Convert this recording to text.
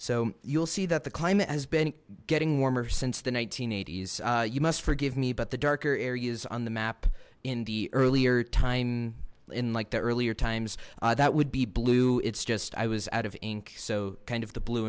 so you'll see that the climate has been getting warmer since the s you must forgive me but the darker areas on the map in the earlier time in like the earlier times that would be blue it's just i was out of ink so kind of the blue